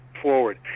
forward